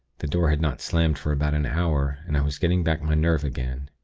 the door had not slammed for about an hour, and i was getting back my nerve again.